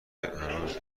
هنوز